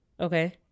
okay